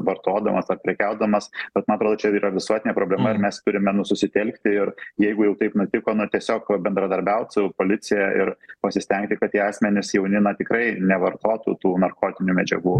vartodamas ar prekiaudamas bet man atrodo čia yra visuotinė problema ir mes turime nu susitelkti ir jeigu jau taip nutiko na tiesiog bendradarbiaut su policija ir pasistengti kad tie asmenys jauni na tikrai nevartotų tų narkotinių medžiagų